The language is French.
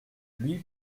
lui